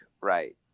right